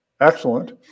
excellent